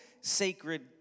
Sacred